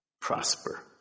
prosper